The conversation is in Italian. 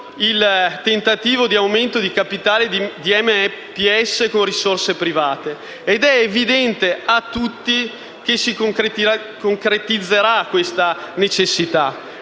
il tentativo di aumento di capitale di MPS con risorse private ed è evidente a tutti che si concretizzerà questa necessità.